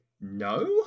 no